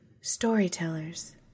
Storytellers